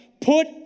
put